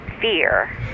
fear